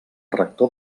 rector